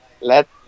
let